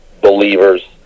believers